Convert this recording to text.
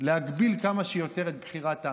להגביל כמה שיותר את בחירת העם,